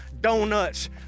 Donuts